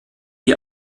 die